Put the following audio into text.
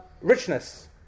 richness